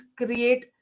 create